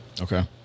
Okay